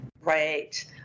right